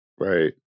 Right